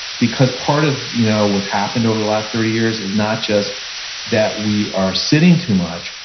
because part of you know what's happened over the last thirty years is not just that we are sitting too much,